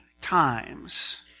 times